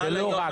"או" זה לא רק.